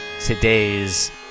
today's